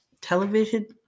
television